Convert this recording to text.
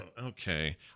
Okay